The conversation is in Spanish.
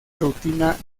rutina